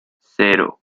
cero